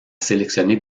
sélectionner